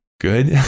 good